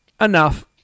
Enough